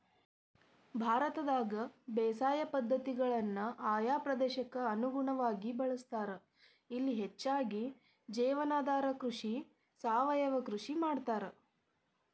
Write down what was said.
ಭಾರತದಾಗ ಬೇಸಾಯ ಪದ್ಧತಿಗಳನ್ನ ಆಯಾ ಪ್ರದೇಶಕ್ಕ ಅನುಗುಣವಾಗಿ ಬಳಸ್ತಾರ, ಇಲ್ಲಿ ಹೆಚ್ಚಾಗಿ ಜೇವನಾಧಾರ ಕೃಷಿ, ಸಾವಯವ ಕೃಷಿ ಮಾಡ್ತಾರ